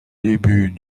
début